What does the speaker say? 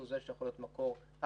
שהוא יכול להיות מקור אחר,